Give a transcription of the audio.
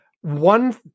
one